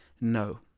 no